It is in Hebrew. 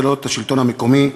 ולא את השלטון המקומי,